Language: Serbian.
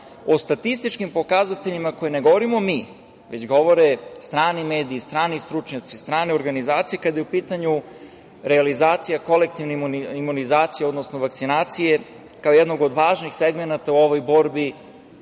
o statističkim pokazateljima koje ne govorimo mi, već govore strani mediji, strani stručnjaci, strane organizacije, kada je u pitanju realizacija kolektivne imunizacije, odnosno vakcinacije kao jednog od važnih segmenata u ovoj borbi